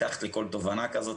מתחת לכל תובנה כזאת,